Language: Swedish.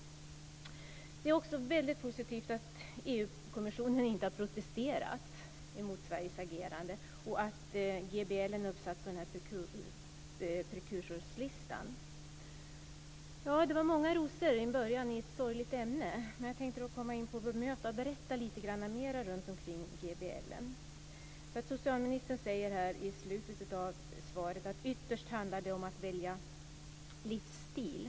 Det är också mycket positivt att inte EU kommissionen har protesterat mot Sveriges agerande och att GBL är uppsatt på prekursorslistan. Det var många rosor till att börja med i ett sorgligt ämne. Jag tänkte nu bemöta svaret och berätta lite mer omkring GBL. Socialministern säger i slutet av svaret att det ytterst handlar om att välja livsstil.